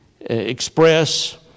express